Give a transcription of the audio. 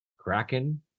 Kraken